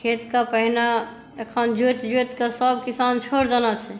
खेतके पहिने अखन जोति जोतिकऽ सभ किसान छोड़ि देने छै